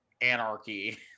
anarchy